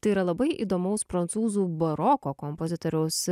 tai yra labai įdomaus prancūzų baroko kompozitoriaus